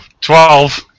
twelve